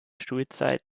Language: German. schulzeit